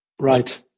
Right